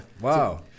wow